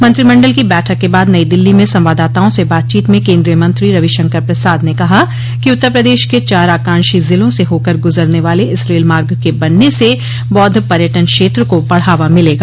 मंत्रिमंडल की बैठक के बाद नई दिल्ली में संवाददाताओं से बातचीत में केन्द्रीय मत्री रविशंकर प्रसाद ने कहा कि उत्तर प्रदेश के चार आकांक्षी जिलों से होकर गुजरने वाले इस रेल मार्ग के बनने से बौद्व पर्यटन क्षेत्र को बढ़ावा मिलेगा